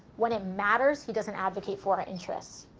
when it matters, he doesn't advocate for our interests.